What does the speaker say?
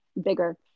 bigger